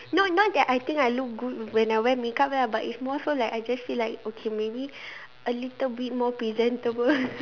no not that I think I look good when I wear makeup lah but it's more so like I just feel like okay maybe a little bit more presentable